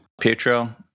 Pietro